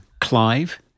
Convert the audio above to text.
Clive